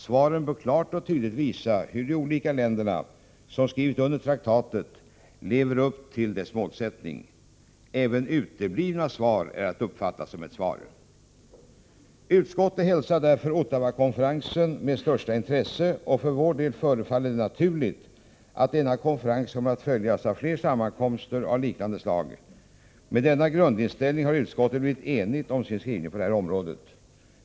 Svaren bör klart och tydligt visa hur de olika länderna — som skrivit under traktatet — lever upp till dess målsättning. Även uteblivna svar är att uppfatta som ett svar. Utskottet hälsar därför Ottawakonferensen med största intresse, och för vår del förefaller det naturligt att denna konferens kommer att följas av fler sammankomster av liknande slag. Med denna grundinställning har utskottet blivit enigt om sin skrivning på detta område.